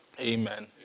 Amen